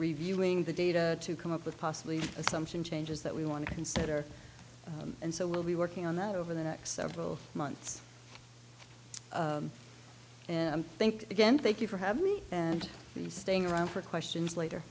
reviewing the data to come up with possibly assumption changes that we want to consider and so we'll be working on that over the next several months and i think again thank you for having me and you staying around for questions later